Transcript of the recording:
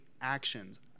actions